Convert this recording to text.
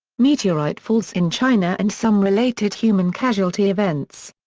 meteorite falls in china and some related human casualty events.